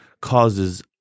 causes